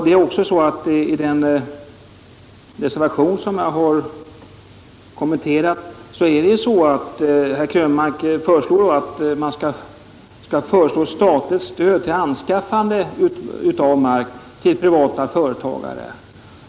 I den reservation som jag här kommenterat har herr Krönmark föreslagit statligt stöd för anskaffning av mark till privata företagare.